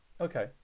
Okay